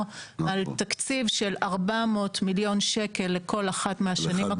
על תקציב של 400 מיליון שקל לכל אחת מהשנים הקרובות.